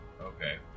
Okay